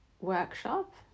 workshop